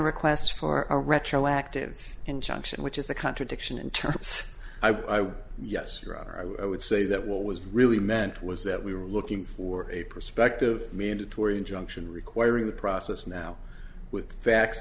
request for our retroactive injunction which is a contradiction in terms i would yes rather i would say that will was really meant was that we were looking for a prospective mandatory injunction requiring the process now with facts